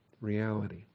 reality